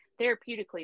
therapeutically